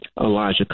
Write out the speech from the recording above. Elijah